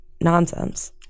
nonsense